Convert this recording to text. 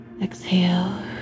Exhale